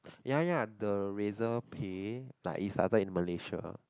ya ya the razor pay like is either in Malaysia